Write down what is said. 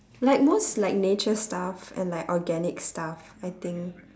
like most like nature stuff and like organic stuff I think